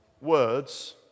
words